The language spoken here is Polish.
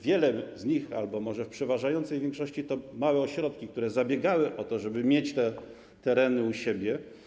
Wiele z nich, albo może przeważająca większość, to małe ośrodki, które zabiegały o to, żeby mieć te tereny u siebie.